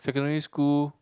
secondary school